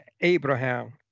Abraham